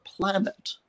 planet